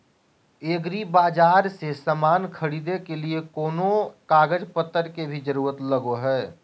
एग्रीबाजार से समान खरीदे के लिए कोनो कागज पतर के भी जरूरत लगो है?